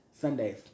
Sundays